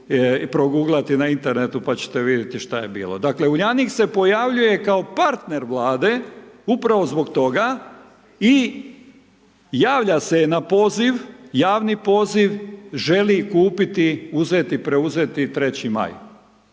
i proguglati na internetu pa ćete vidjeti što je bilo. Dakle, uljanik se pojavljuje kao partner vlade, upravo zbog toga i javlja se na poziv, javni poziv, želi kupiti, uzeti, preuzeti 3Maj.